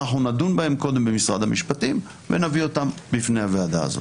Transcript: אנחנו נדון בהן קודם במשרד המשפטים ונביא אותן בפני הוועדה הזאת.